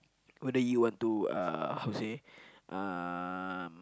go that you want to uh how to say uh